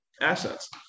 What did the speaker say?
assets